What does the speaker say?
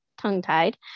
tongue-tied